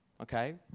okay